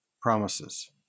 promises